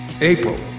April